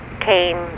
came